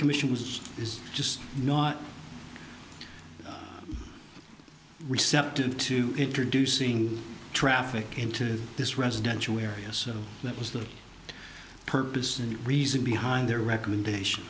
commission was is just not receptive to introducing traffic came to this residential area so that was the purpose and reason behind their recommendation